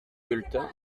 bulletin